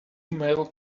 male